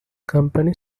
company